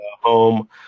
home